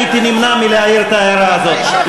הייתי נמנע מלהעיר את ההערה הזאת.